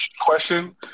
Question